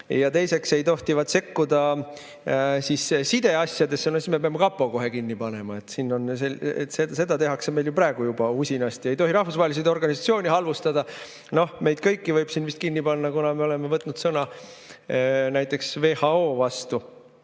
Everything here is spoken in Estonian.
Teiseks ei tohtivat sekkuda sideasjadesse. No siis me peame kapo kohe kinni panema. Seda tehakse meil ju praegu usinasti. Ei tohi rahvusvahelisi organisatsioone halvustada. Noh, meid kõiki võib siin vist kinni panna, kuna me oleme võtnud sõna näiteks WHO vastu. Noh,